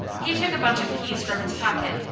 he took a bunch of keys from his pocket,